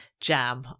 jam